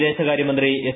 വിദേശകാരൃ മന്ത്രി എസ്